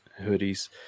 hoodies